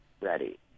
ready